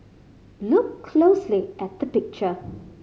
look closely at the picture